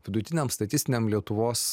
vidutiniam statistiniam lietuvos